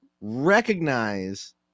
recognize